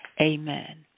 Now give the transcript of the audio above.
Amen